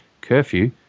curfew